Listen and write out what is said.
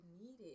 needed